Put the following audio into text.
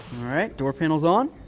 right, door panels on.